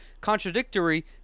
contradictory